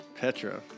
Petra